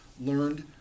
learned